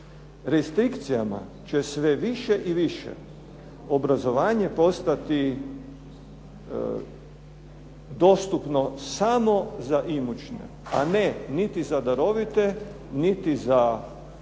restrikcijama će sve više i više obrazovanje postati dostupno samo za imućne, a ne niti za darovite, niti za dobre